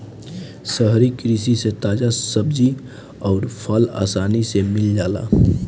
शहरी कृषि से ताजा सब्जी अउर फल आसानी से मिल जाला